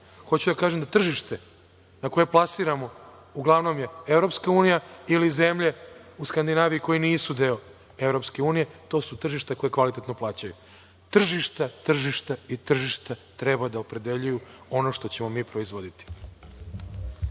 hoću da kažem da tržište na koje plasiramo uglavnom EU ili zemlje u Skandinaviji, koje nisu deo EU. To su tržišta koja kvalitetno plaćaju. Tržišta, tržišta i tržišta treba da opredeljuju ono što ćemo mi proizvoditi.